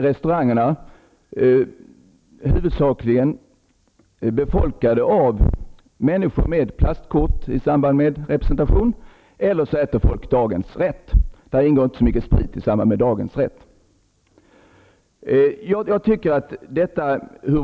Restaurangerna besöks i stället huvudsakligen av människor med plastkort i samband med representation eller av människor som äter dagens rätt. I samband med dagens rätt ingår inte så mycket sprit.